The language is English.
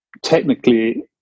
technically